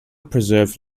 preserved